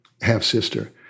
half-sister